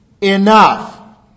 enough